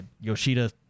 Yoshida